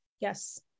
Yes